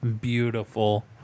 beautiful